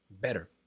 better